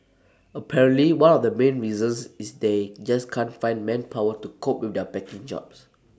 apparently one of the main reasons is they just can't find manpower to cope with their packing jobs